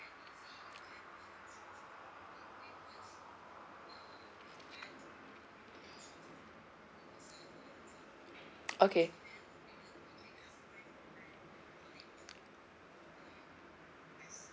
okay